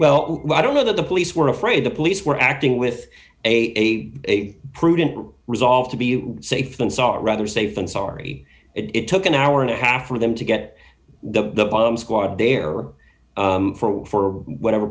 well i don't know that the police were afraid the police were acting with a a prudent resolve to be safe than sorry rather safe than sorry it took an hour and a half for them to get the bomb squad there for whatever